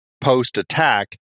post-attack